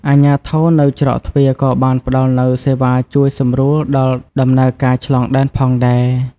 អាជ្ញាធរនៅច្រកទ្វារក៏បានផ្តល់នូវសេវាជួយសម្រួលដល់ដំណើរការឆ្លងដែនផងដែរ។